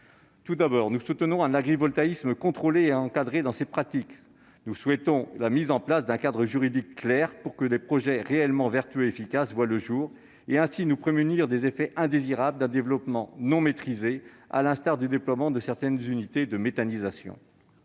Tout d'abord, nous soutenons un agrivoltaïsme contrôlé et dont les pratiques sont encadrées. Nous souhaitons la mise en place d'un cadre juridique clair, pour que les projets réellement vertueux et efficaces voient le jour, afin de nous prémunir ainsi des effets indésirables d'un développement non maîtrisé, à l'instar du déploiement de certaines unités de méthanisation.